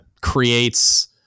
creates